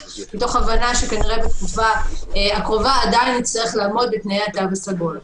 מתוך הבנה שכנראה בתקופה הקרובה עדיין נצטרך לעמוד בתנאי התו הסגול.